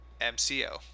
MCO